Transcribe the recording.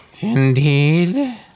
Indeed